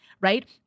Right